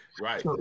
Right